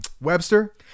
Webster